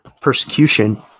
persecution